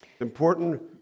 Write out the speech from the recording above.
important